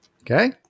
Okay